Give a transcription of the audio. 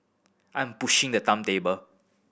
I'm pushing the timetable